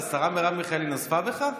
השרה מרב מיכאלי נזפה בך?